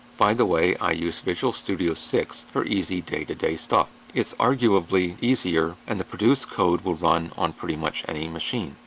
by the way, i use visual studio six for easy day to day stuff. it's arguably easier and the produced code will run on pretty much any machine.